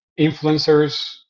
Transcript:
influencers